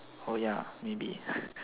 oh ya maybe